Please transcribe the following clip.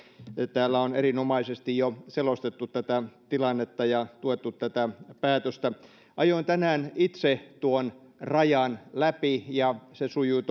täällä on erinomaisesti jo selostettu tätä tilannetta ja tuettu tätä päätöstä ajoin tänään itse tuon rajan läpi ja se sujui